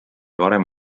varem